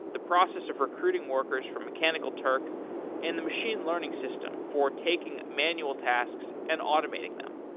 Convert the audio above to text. the process of recruiting workers from mechanical turk and the machine learning system for taking manual tasks and automating them.